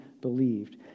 believed